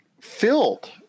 filled